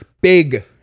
Big